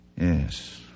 Yes